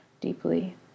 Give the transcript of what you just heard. deeply